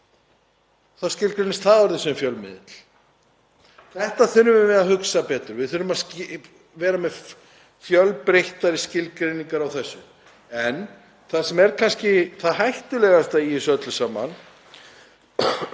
það skilgreint núorðið sem fjölmiðill. Þetta þurfum við að hugsa betur. Við þurfum að vera með fjölbreyttari skilgreiningar á þessu. En það sem er kannski það hættulegasta í þessu öllu saman